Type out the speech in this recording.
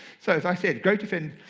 so as i said, grotefend